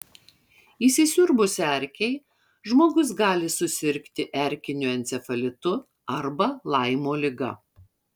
įsisiurbus erkei žmogus gali susirgti erkiniu encefalitu arba laimo liga